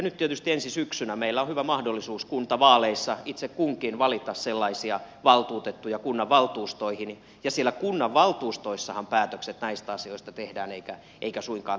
nyt tietysti ensi syksynä meillä on hyvä mahdollisuus kuntavaaleissa itse kunkin valita sellaisia valtuutettuja kunnanvaltuustoihin ja siellä kunnanvaltuustoissahan päätökset näistä asioista tehdään eikä suinkaan